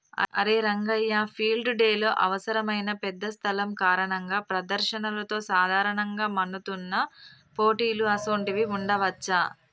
అరే రంగయ్య ఫీల్డ్ డెలో అవసరమైన పెద్ద స్థలం కారణంగా ప్రదర్శనలతో సాధారణంగా మన్నుతున్న పోటీలు అసోంటివి ఉండవచ్చా